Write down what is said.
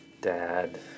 Dad